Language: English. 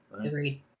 Agreed